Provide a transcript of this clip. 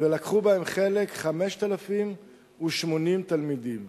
ולקחו בהם חלק 5,080 תלמידים.